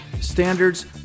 Standards